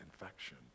infection